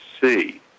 see